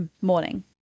morning